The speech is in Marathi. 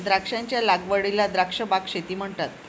द्राक्षांच्या लागवडीला द्राक्ष बाग शेती म्हणतात